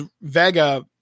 Vega